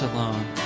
Alone